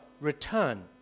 return